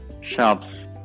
shops